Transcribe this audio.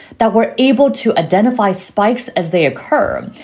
that we're able to identify spikes as they occur.